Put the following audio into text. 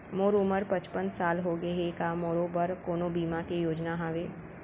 मोर उमर पचपन साल होगे हे, का मोरो बर कोनो बीमा के योजना हावे?